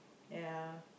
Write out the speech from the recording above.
ya